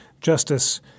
Justice